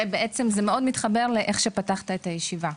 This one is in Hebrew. זה מאוד מתחבר לאיך שפתחת את הישיבה.